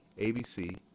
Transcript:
ABC